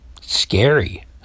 scary